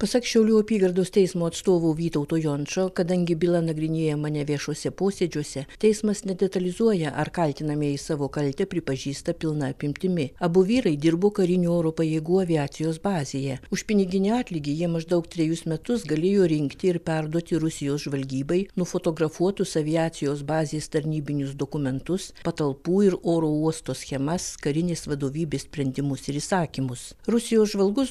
pasak šiaulių apygardos teismo atstovo vytauto jončo kadangi byla nagrinėjama neviešuose posėdžiuose teismas nedetalizuoja ar kaltinamieji savo kaltę pripažįsta pilna apimtimi abu vyrai dirbo karinių oro pajėgų aviacijos bazėje už piniginį atlygį jie maždaug trejus metus galėjo rinkti ir perduoti rusijos žvalgybai nufotografuotus aviacijos bazės tarnybinius dokumentus patalpų ir oro uosto schemas karinės vadovybės sprendimus ir įsakymus rusijos žvalgus